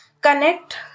connect